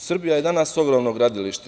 Srbija je danas ogromno gradilište.